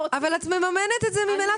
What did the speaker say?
אבל את מממנת את זה ממילא,